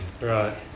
right